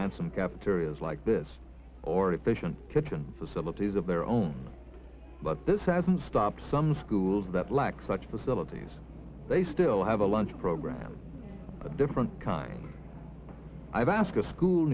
and some cafeterias like this or efficient kitchen facilities of their own but this hasn't stopped some schools that lack such facilities they still have a lunch program a different kind i've asked a school